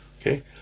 Okay